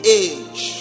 age